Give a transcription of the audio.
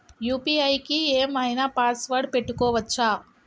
UPI కి ఏం ఐనా పాస్వర్డ్ పెట్టుకోవచ్చా?